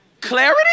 clarity